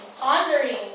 pondering